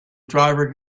driver